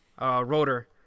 rotor